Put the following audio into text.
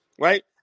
right